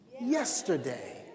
Yesterday